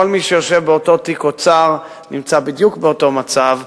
כל מי שיושב באותו תיק אוצר נמצא בדיוק באותו מצב,